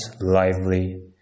lively